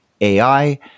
AI